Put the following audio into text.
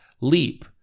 leap